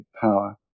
power